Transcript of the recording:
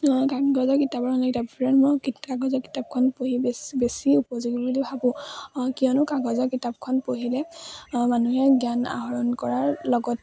কাগজৰ কিতাপৰ মই কাগজৰ কিতাপখন পঢ়ি বেছি বেছি উপযোগী বুলি ভাবোঁ কিয়নো কাগজৰ কিতাপখন পঢ়িলে মানুহে জ্ঞান আহৰণ কৰাৰ লগতে